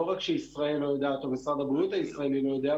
לא רק שישראל לא יודעת או משרד הבריאות הישראלי לא יודע,